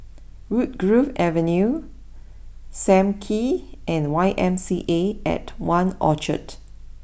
Woodgrove Avenue Sam Kee and Y M C A at one Orchard